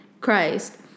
Christ